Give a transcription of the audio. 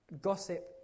Gossip